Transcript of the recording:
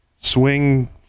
Swing